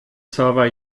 server